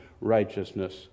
righteousness